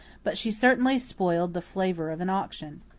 but she certainly spoiled the flavour of an auction.